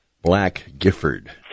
Black-Gifford